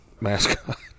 mascot